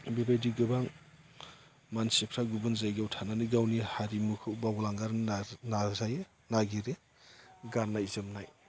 बिबायदि गोबां मानसिफ्रा गुबुन जायगायाव थानानै गावनि हारिमुखौ बावलांगारनो नाजायो नागिरो गाननाय जोमनाय